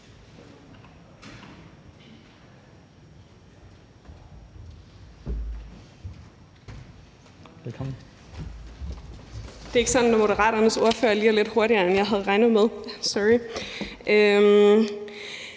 Det er ikke sådan, når Moderaternes ordfører lige er lidt hurtigere, end jeg havde regnet med. Sorry.